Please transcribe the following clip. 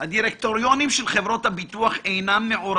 שאנחנו מוצאים את הדרך שאני אהנה מהעצה שלו ואני